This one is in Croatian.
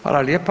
Hvala lijepa.